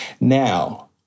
Now